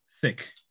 thick